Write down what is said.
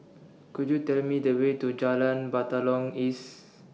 Could YOU Tell Me The Way to Jalan Batalong East